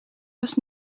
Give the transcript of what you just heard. was